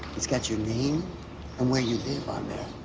it's got your name and where you live on there.